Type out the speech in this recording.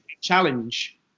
challenge